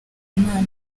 imana